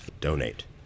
Donate